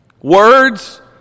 words